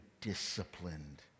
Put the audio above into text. disciplined